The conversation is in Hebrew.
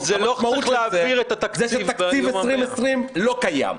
המשמעות של זה היא שתקציב 2020 לא קיים.